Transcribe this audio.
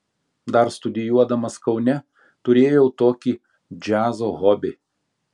dar studijuodamas kaune turėjau tokį džiazo hobį